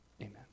Amen